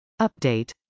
Update